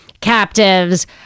captives